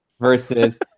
versus